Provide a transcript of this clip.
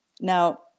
Now